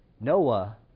Noah